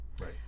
right